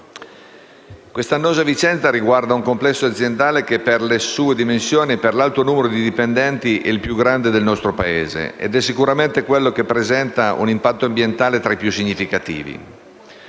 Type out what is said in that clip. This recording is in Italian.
Quest'annosa vicenda riguarda un complesso aziendale che, per le sue dimensioni e per l'alto numero di dipendenti, è il più grande del nostro Paese ed è sicuramente quello che presenta un impatto ambientale tra i più significativi.